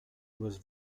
was